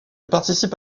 participe